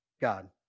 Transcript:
God